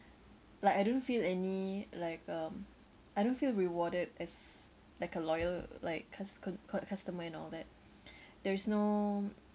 like I don't feel any like um I don't feel rewarded as like a loyal like cus~ cus~ cus~ customer and all that there is no